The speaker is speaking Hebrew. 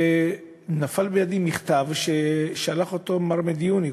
נפל לידי מכתב ששלח מר מדיוני,